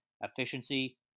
efficiency